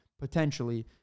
potentially